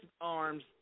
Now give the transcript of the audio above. arms